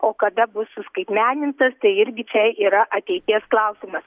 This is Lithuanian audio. o kada bus suskaitmenintas tai irgi čia yra ateities klausimas